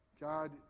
God